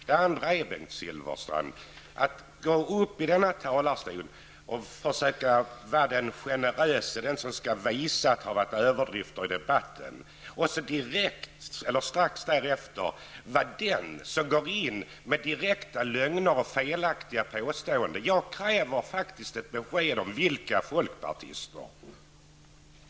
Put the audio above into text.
Bengt Silfverstrand gick upp i kammarens talarstol och försökte vara den generöse, den som skall visa att det har förekommit överdrifter i debatten, och så strax därefter gjorde han sig skyldig till direkta lögner och felaktiga påståenden. Jag kräver faktiskt ett besked om vilka folkpartister det gäller.